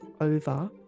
over